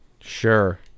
Sure